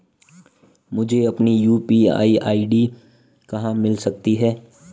मुझे अपनी UPI ID कहां मिल सकती है?